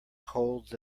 colds